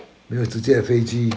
没有直接飞机